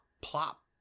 plop